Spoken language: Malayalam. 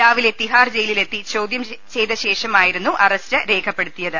രാവിലെ തിഹാർ ജയിലിലെത്തി ചോദ്യം ചെയ്ത ശേഷമായി രുന്നു അറസ്റ്റ് രേഖപ്പെടുത്തിയത്